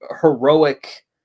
heroic